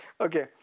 Okay